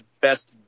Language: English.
best